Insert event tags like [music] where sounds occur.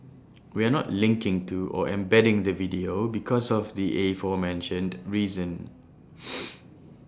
we're not linking to or embedding the video because of the aforementioned reason [noise]